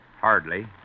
Hardly